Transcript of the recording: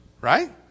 Right